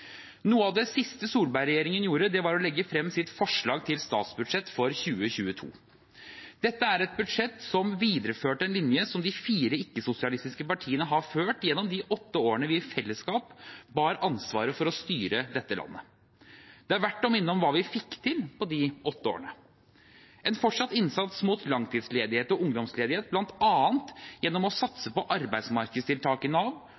Noe av det siste Solberg-regjeringen gjorde, var å legge frem sitt forslag til statsbudsjett for 2022. Dette er et budsjett som videreførte en linje som de fire ikke-sosialistiske partiene har ført gjennom de åtte årene vi i fellesskap bar ansvaret for å styre dette landet. Det er verdt å minne om hva vi fikk til på de åtte årene: Vi har fortsatt innsatsen mot langtidsledighet og ungdomsledighet, bl.a. gjennom å satse på arbeidsmarkedstiltak i Nav